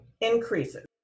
increases